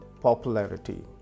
popularity